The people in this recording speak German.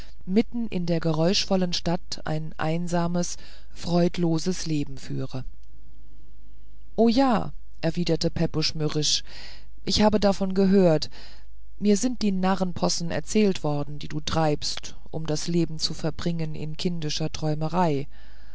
mitten in der geräuschvollen stadt ein einsames freudenloses leben führe o ja erwiderte pepusch mürrisch ich habe davon gehört mir sind die narrenspossen erzählt worden die du treibst um das leben zu verbringen in kindischer träumerei